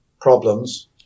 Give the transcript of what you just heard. problems